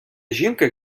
жінка